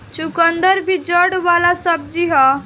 चुकंदर भी जड़ वाला सब्जी हअ